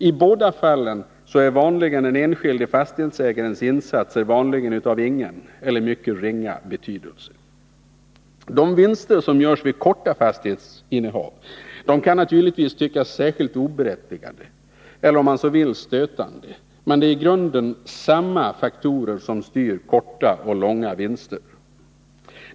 I båda fallen är den enskilde fastighetsägarens insatser vanligen av ingen eller ringa betydelse. De vinster som görs vid korta fastighetsinnehav kan naturligtvis tyckas särskilt oberättigade — eller om man så vill stötande — men det är i grunden samma faktorer som styr korta och långa vinster.